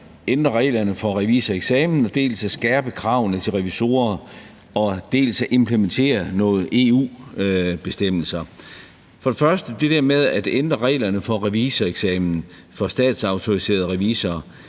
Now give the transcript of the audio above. ændre reglerne for revisoreksamen, at skærpe kravene til revisorer og at implementere nogle EU-bestemmelser. For det første vil jeg til det med at ændre reglerne for revisoreksamen for statsautoriserede revisorer